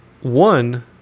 one